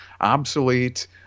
obsolete